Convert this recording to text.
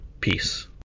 Peace